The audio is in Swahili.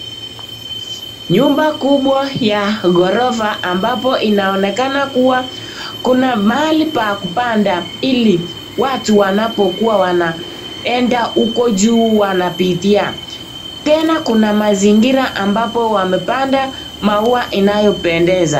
Nyumba kubwa ya ghorofa ambapo inaoneka kua kuna mahali pa kupanda ili watu wanapokua wanaenda uko juu wanapitia. Tena kuna mazingira ambapo wamepanda maua inayopendeza.